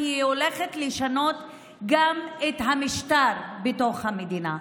כי היא הולכת לשנות גם את המשטר בתוך המדינה.